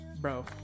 Bro